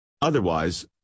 otherwise